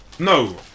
no